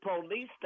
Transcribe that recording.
police